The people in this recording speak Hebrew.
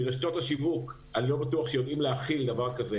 ברשתות השיווק אני לא בטוח שיודעים להכיל דבר כזה